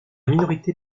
minorité